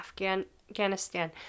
Afghanistan